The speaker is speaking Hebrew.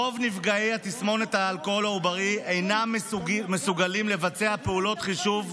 רוב נפגעי תסמונת האלכוהול העוברי אינם מסוגלים לבצע פעולות חישוב,